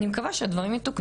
אני מקווה שהדברים יתוקנו.